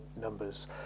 numbers